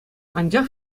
анчах